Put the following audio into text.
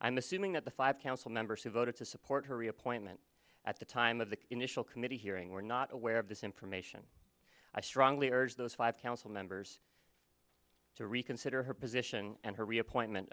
i'm assuming that the five council members who voted to support her appointment at the time of the initial committee hearing were not aware of this information i strongly urge those five council members to reconsider her position and her reappointment